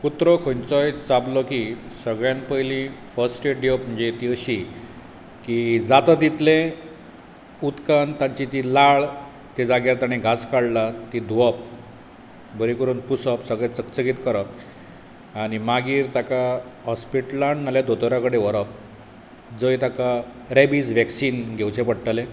कुत्रो खंयचो चाबलो की सगळ्यांत पयली फस्ट ऐड दिवप म्हणजे ती अशीं की जाता तितलें उदकान ताची ती लाळ ते जाग्यार ताणें घास काडलां ती धुंवप बरें करून पुसप सगळें चकचकीत करप आनी मागीर ताका हॉस्पिटलान ना जाल्यार दोतोरा कडेन व्हरप जय ताका रेबीज वॅक्सिन घेवचें पडटले